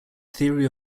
theory